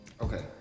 Okay